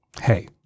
Hey